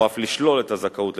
או אף לשלול את הזכאות לפיצוי,